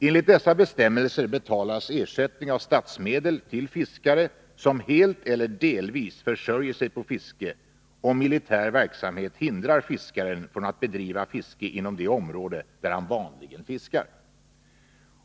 Enligt dessa bestämmelser betalas ersättning av statsmedel till fiskare som helt eller delvis försörjer sig på fiske, om militär verksamhet hindrar fiskaren från att bedriva fiske inom det område där han vanligen fiskar.